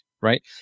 right